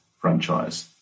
franchise